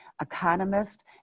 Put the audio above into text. economist